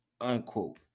unquote